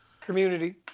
Community